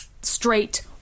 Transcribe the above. straight